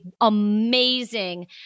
amazing